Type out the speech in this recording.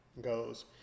goes